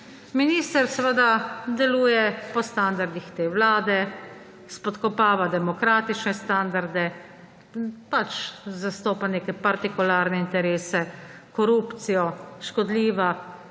Minister seveda deluje po standardih te vlade. Spodkopava demokratične standarde, pač zastopa neke partikularne interese, korupcijo, škodljiva,